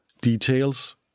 details